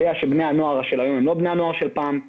שבני הנוער של היום הם לא הנוער של פעם.